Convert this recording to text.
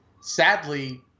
sadly